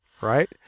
right